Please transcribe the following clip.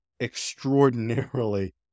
extraordinarily